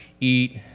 eat